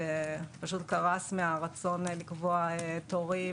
שפשוט קרס מהרצון לקבוע תורים.